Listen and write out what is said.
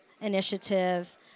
initiative